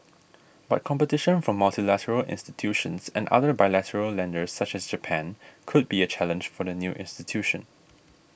but competition from multilateral institutions and other bilateral lenders such as Japan could be a challenge for the new institution